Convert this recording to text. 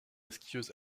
skieuse